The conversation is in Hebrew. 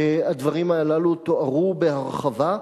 הדברים הללו תוארו בהרחבה.